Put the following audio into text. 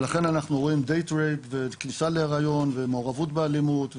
ולכן אנחנו רואים date rape וכניסה להיריון ומעורבות באלימות,